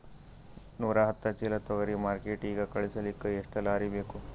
ನೂರಾಹತ್ತ ಚೀಲಾ ತೊಗರಿ ಮಾರ್ಕಿಟಿಗ ಕಳಸಲಿಕ್ಕಿ ಎಷ್ಟ ಲಾರಿ ಬೇಕು?